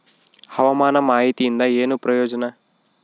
ಹವಾಮಾನ ಮಾಹಿತಿಯಿಂದ ಏನು ಪ್ರಯೋಜನ?